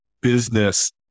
business